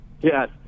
Yes